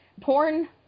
porn